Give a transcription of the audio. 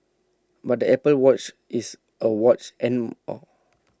but the Apple watch is A watch and more